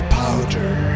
powder